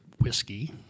whiskey